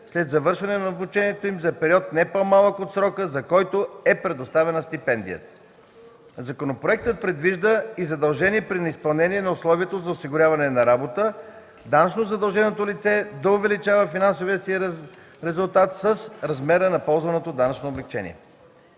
след завършване на обучението им за период не по-малък от срока, за който е предоставена стипендията. Законопроектът предвижда и задължение при неизпълнение на условието за осигуряване на работа, данъчно задълженото лице да увеличава финансовия си резултат с размера на ползваното данъчно облекчение.